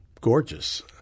gorgeous